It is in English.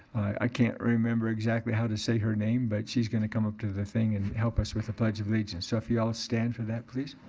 i can't remember exactly how to say her name but she's gonna come up to the thing and help us with the pledge of allegiance. so if y'all ah stand for that please.